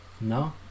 No